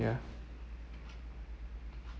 ya